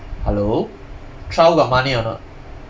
hello trial got money or not